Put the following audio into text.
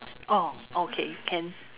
oh okay can